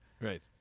Right